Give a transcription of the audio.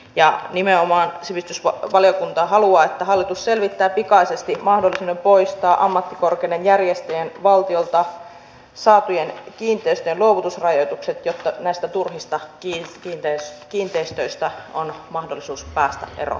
ja nimenomaan sivistysvaliokunta haluaa että hallitus selvittää pikaisesti mahdollisuuden poistaa ammattikorkeakoulutuksen järjestäjien valtiolta saatujen kiinteistöjen luovutusrajoitukset jotta näistä turhista kiinteistöistä on mahdollisuus päästä eroon